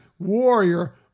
warrior